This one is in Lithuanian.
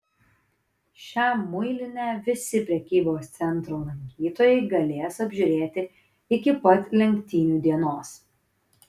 šią muilinę visi prekybos centro lankytojai galės apžiūrėti iki pat lenktynių dienos